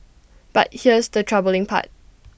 but here's the troubling part